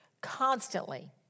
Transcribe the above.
Constantly